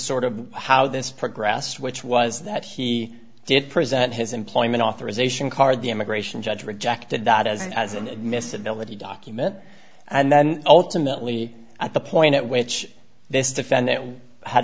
sort of how this progressed which was that he did present his employment authorization card the immigration judge rejected that as as an admissibility document and then ultimately at the point at which this defendant had